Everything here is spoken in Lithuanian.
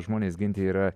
žmones ginti yra